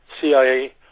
CIA